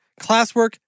classwork